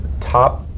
top